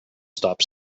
stop